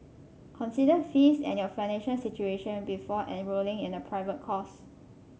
consider fees and your financial situation before enrolling in a private course